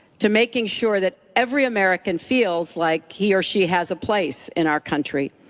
to making sure that every american feels like he or she has a place in our country.